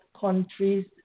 countries